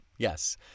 Yes